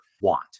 want